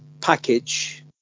package